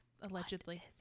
allegedly